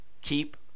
keep